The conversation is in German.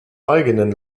eigenen